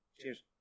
Cheers